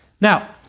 Now